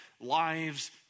lives